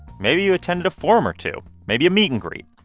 maybe you attended a forum or two. maybe a meet-and-greet.